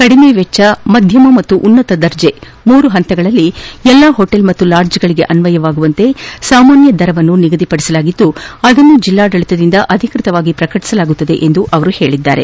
ಕಡಿಮೆ ವೆಚ್ಚ ಮಧ್ಯಮ ಹಾಗೂ ಉನ್ನತ ದರ್ಜೆ ಮೂರು ಹಂತಗಳಲ್ಲಿ ಎಲ್ಲಾ ಹೋಟೆಲ್ ಮತ್ತು ಲಾಡ್ಜ್ಗಳಿಗೆ ಅನ್ವಯವಾಗುವಂತೆ ಸಾಮಾನ್ಯ ದರ ನಿಗದಿಗೊಳಿಸಲಾಗಿದ್ದು ಅದನ್ನು ಜಿಲ್ಲಾಡಳಿತದಿಂದ ಅಧಿಕೃತವಾಗಿ ಪ್ರಕಟಿಸಲಾಗುವುದು ಎಂದು ಅವರು ತಿಳಿಸಿದರು